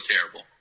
terrible